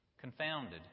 confounded